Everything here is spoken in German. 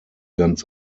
ganz